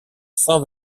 saint